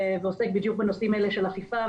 ועוסק בדיוק בנושאים האלה של אכיפה,